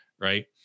right